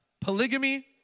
Polygamy